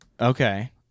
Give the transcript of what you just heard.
Okay